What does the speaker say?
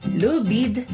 lubid